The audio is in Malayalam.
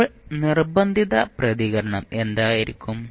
ഇപ്പോൾ നിർബന്ധിത പ്രതികരണം എന്തായിരിക്കും